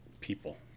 people